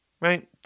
right